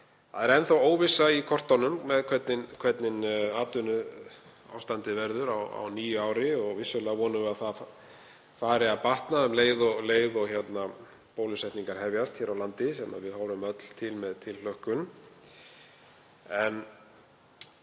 Það er því enn þá óvissa í kortunum með hvernig atvinnuástandið verður á nýju ári en vissulega vonum við að það fari að batna um leið og bólusetningar hefjast hér á landi, sem við horfum öll til með tilhlökkun.